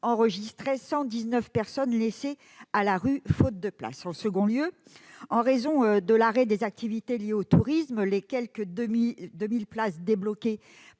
enregistré 119 personnes laissées à la rue faute de place. En second lieu, en raison de l'arrêt des activités liées au tourisme, les quelque 2 000 places débloquées